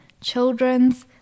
children's